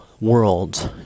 worlds